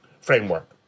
framework